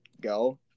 go